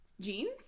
jeans